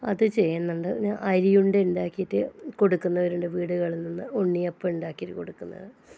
അത് ചെയ്യുന്നുണ്ട് പിന്നെ അരിയുണ്ട ഉണ്ടാക്കിയിട്ട് കൊടുക്കുന്നവരുണ്ട് വീടുകളിൽ നിന്ന് ഉണ്ണിയപ്പം ഉണ്ടാക്കി കൊടുക്കുന്നത്